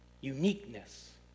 uniqueness